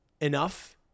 enough